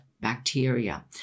bacteria